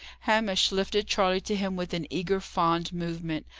hamish lifted charley to him with an eager, fond movement.